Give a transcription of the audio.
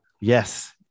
Yes